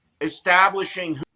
establishing